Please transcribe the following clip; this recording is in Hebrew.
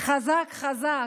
חזק חזק?